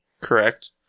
Correct